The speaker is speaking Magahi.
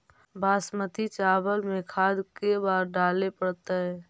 बासमती चावल में खाद के बार डाले पड़तै?